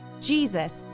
Jesus